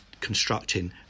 constructing